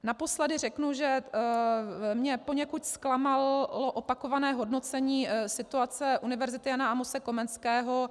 Naposledy řeknu, že mě poněkud zklamalo opakované hodnocení situace Univerzity Jana Amose Komenského.